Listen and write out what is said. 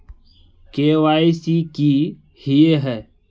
KYC की हिये है?